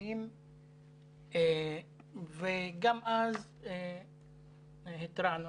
כספים וגם אז התרענו.